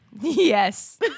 Yes